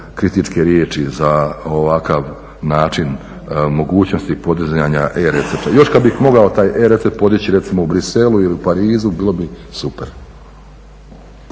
kritičke riječi za ovakav način, mogućnosti podizanja e-recepta. Još kad bih mogao taj e-recept podići recimo u Bruxellesu ili Parizu bilo bi super.